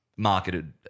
marketed